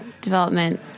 development